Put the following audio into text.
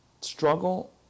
struggle